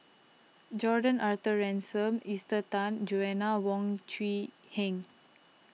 Jordan Arthur Ransome Esther Tan Joanna Wong Quee Heng